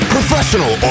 Professional